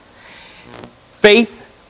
Faith